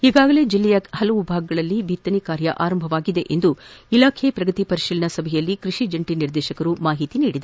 ಈಗಾಗಲೇ ಜಿಲ್ಲೆಯ ಕೆಲವು ಭಾಗಗಳಲ್ಲಿ ಬಿತ್ತನೆ ಕಾರ್ಯ ಆರಂಭಗೊಂಡಿದೆ ಎಂದು ಇಲಾಖಾ ಪ್ರಗತಿ ಪರಿಶೀಲನಾ ಸಭೆಯಲ್ಲಿ ಕೃಷಿ ಜಂಟ ನಿರ್ದೇಶಕರು ಮಾಹಿತಿ ನೀಡಿದ್ದಾರೆ